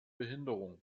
behinderungen